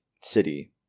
City